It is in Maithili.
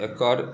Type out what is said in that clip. एकर